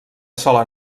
sola